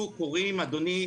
אדוני,